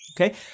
Okay